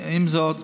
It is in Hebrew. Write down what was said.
עם זאת,